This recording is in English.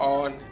on